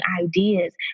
ideas